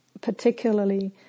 particularly